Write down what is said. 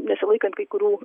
nesilaikant kai kurių